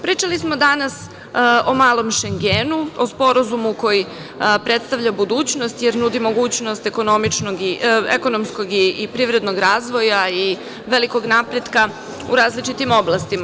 Pričali smo danas o „malo Šengenu“, o sporazumu koji predstavlja budućnost jer nudi mogućnost ekonomskog i privrednog razvoja i velikog napretka u različitim oblastima.